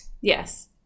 Yes